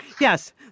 Yes